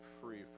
free